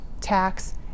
tax